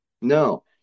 No